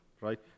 right